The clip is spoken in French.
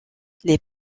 les